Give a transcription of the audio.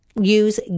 use